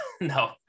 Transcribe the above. No